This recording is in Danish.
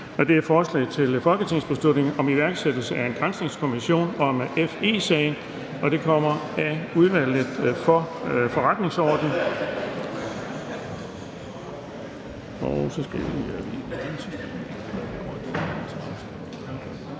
nr. B 87: Forslag til folketingsbeslutning om iværksættelse af en granskningskommission om FE-sagen. Af Udvalget for Forretningsordenen.